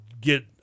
get